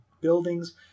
buildings